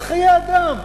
על חיי אדם.